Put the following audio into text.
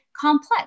complex